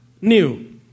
New